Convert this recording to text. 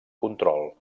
control